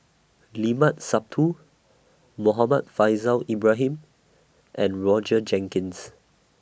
Limat Sabtu Muhammad Faishal Ibrahim and Roger Jenkins